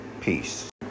Peace